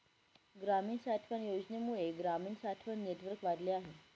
ग्रामीण साठवण योजनेमुळे ग्रामीण साठवण नेटवर्क वाढले आहे